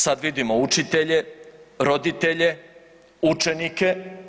Sad vidimo učitelje, roditelje, učenike.